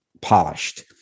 polished